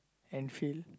Anfield